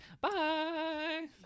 Bye